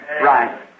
right